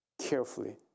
carefully